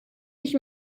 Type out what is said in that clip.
ich